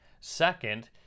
Second